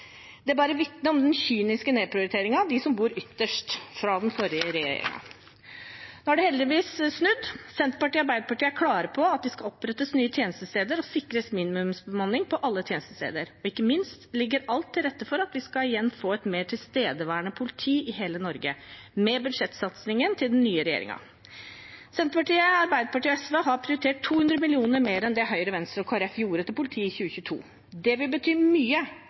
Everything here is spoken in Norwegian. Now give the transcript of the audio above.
er rapportert. Det vitner om den forrige regjeringens kyniske nedprioritering av dem som bor ytterst. Nå har det heldigvis snudd: Senterpartiet og Arbeiderpartiet er klare på at det skal opprettes nye tjenestesteder og sikres en minimumsbemanning på alle tjenestesteder. Ikke minst ligger alt til rette for at vi med budsjettsatsingen til den nye regjeringen igjen skal få et mer tilstedeværende politi i hele Norge. Senterpartiet, Arbeiderpartiet og SV har prioritert 200 mill. kr mer til politi i 2022 enn det Høyre, Venstre og Kristelig Folkeparti gjorde. Det vil bety mye